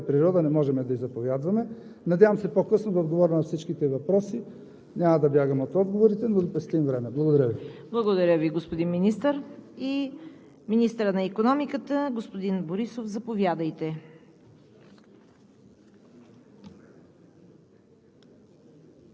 Уведомили сме кметове, уведомили сме всички, наблюдаваме и дигите. Все пак е природа, не можем да ѝ заповядваме. Надявам се по-късно да отговаря на всичките въпроси, няма да бягам от отговорите, но да пестим време. Благодаря Ви. ПРЕДСЕДАТЕЛ ЦВЕТА КАРАЯНЧЕВА: Благодаря Ви, господин Министър. Министърът на икономиката господин Борисов – заповядайте.